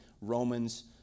Romans